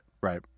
Right